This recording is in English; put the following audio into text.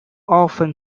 often